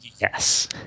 Yes